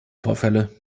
vorfälle